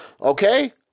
Okay